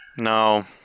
No